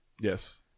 Yes